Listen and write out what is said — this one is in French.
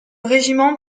régiment